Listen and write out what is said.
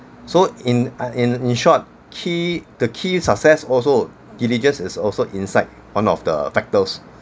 so in uh in short key the key success also diligence is also inside one of the factors